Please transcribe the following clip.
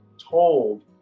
told